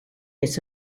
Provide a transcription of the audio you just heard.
its